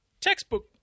textbook